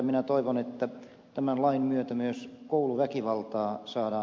minä toivon että tämän lain myötä myös kouluväkivaltaan saa